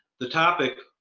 the topic,